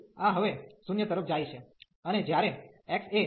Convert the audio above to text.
તેથી આ હવે 0 તરફ જાય છે